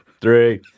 three